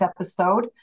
episode